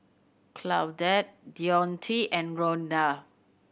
Claudette Deonte and Rhonda